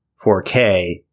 4k